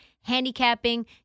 handicapping